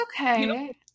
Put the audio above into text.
okay